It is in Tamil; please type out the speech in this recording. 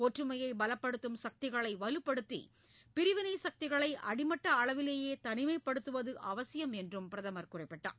ஒற்றுமையை பலப்படுத்தும் சக்திகளை வலுப்படுத்தி பிரிவிளை சக்திகளை அடமட்ட அளவிலேயே தனிமைப்படுத்துவது அவசியம் என்றும் பிரதமர் குறிப்பிட்டார்